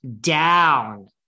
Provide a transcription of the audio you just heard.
down